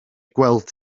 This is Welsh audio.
gweld